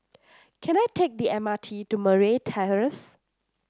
can I take the M R T to Murray Terrace